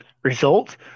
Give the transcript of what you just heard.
Result